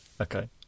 Okay